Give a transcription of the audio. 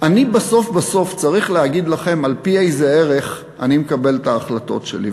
אני בסוף בסוף צריך להגיד לכם על-פי איזה ערך אני מקבל את ההחלטות שלי,